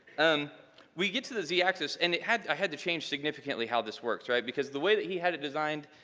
um we get to the z-access and it had i had to change significantly how this works, right? because the way that he had it designed,